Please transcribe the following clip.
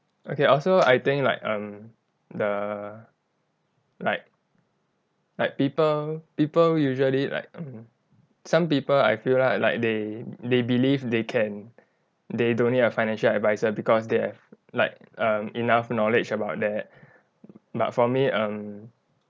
okay also I think like um the like like people people usually like mm some people I feel lah like they they believe they can they don't need a financial adviser because they have like err enough knowledge about that but for me um